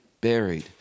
buried